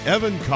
Evan